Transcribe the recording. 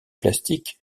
plastiques